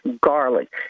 garlic